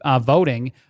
voting